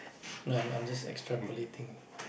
no I'm I'm just extrapolating